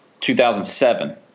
2007